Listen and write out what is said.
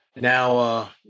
Now